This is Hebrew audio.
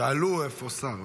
שאלו איפה השר.